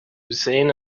hussein